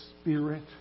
spirit